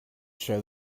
show